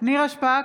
נירה שפק,